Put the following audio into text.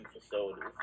facilities